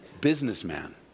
businessman